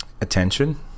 Attention